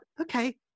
okay